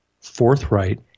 forthright